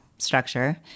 structure